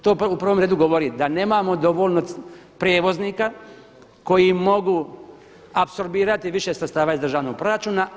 To u prvom redu govori da nemamo dovoljno prijevoznika koji mogu apsorbirati više sredstava iz državnog proračuna.